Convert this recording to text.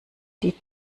die